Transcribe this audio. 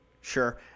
Sure